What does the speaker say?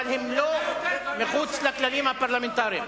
אבל הם לא מחוץ לכללים הפרלמנטריים.